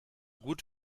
gut